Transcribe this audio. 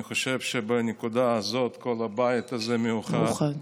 אני חושב שבנקודה הזאת כל הבית הזה מאוחד, מאוחד.